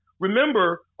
Remember